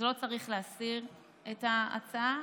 אז לא צריך להסיר את ההצעה,